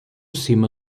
cima